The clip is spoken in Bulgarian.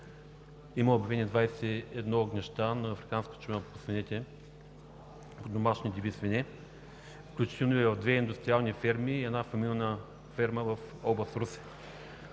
има обявени 21 огнища на африканска чума по свинете – домашни и диви свине, включително и в две индустриални ферми и една фамилна ферма в област Русе.